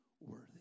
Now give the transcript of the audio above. worthy